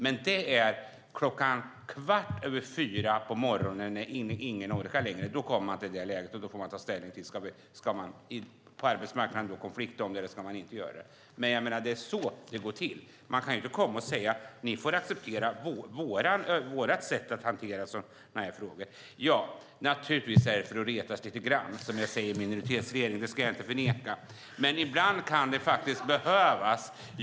Men det är klockan kvart över fyra på morgonen när ingen orkar längre. Då kommer man i ett läge där man får ta ställning till, om det är på arbetsmarknaden, om man ska använda konfliktåtgärder eller inte. Det är så det går till. Man kan inte komma och säga: Ni får acceptera vårt sätt att hantera frågorna. Ja, naturligtvis är det för att retas lite grann som jag använder ordet minoritetsregering; det ska jag inte förneka. Men ibland kan det faktiskt behövas.